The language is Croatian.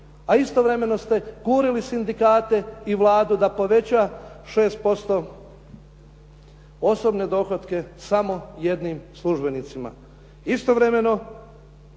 A istovremeno ste kurili sindikate i Vladu da poveća 6% osobne dohotke samo jednim službenicima. Istovremeno